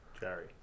Jerry